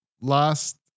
last